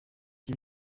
qui